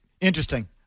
interesting